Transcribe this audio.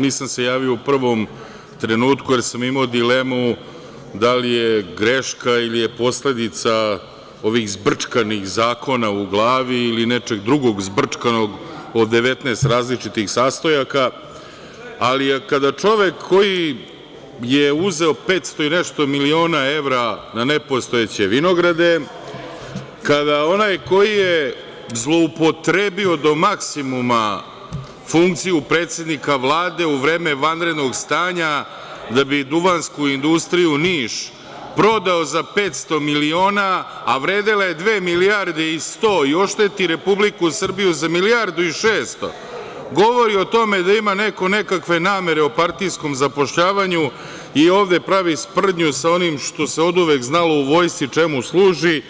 Nisam se javio u prvom trenutku, jer sam imao dilemu da li je greška ili je posledica ovih zbrčkanih zakona u glavi ili nečeg drugog zbrčkanog od 19 različitih sastojaka, ali kada čovek koji je uzeo 500 i nešto miliona evra na nepostojeće vinograde, kada onaj koji je zloupotrebio do maksimuma funkciju predsednika Vlade u vreme vanrednog stanja da bi Duvansku industriju Niš prodao za 500 miliona, a vredela je dve milijarde i 100, i ošteti Republiku Srbiju za milijardu i šesto, govori o tome da ima neko nekakve namere o partijskom zapošljavanju i ovde pravi sprdnju sa onim što se oduvek znalo u Vojsci čemu služi,